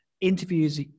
interviews